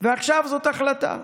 ועכשיו זאת ההחלטה.